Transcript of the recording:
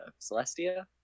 celestia